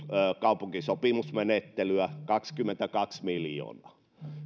kaupunkisopimusmenettelyä kaksikymmentäkaksi miljoonaa